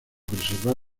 preservar